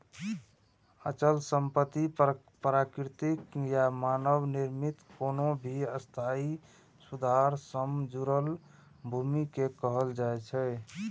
अचल संपत्ति प्राकृतिक या मानव निर्मित कोनो भी स्थायी सुधार सं जुड़ल भूमि कें कहल जाइ छै